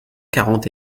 quarante